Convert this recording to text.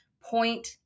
point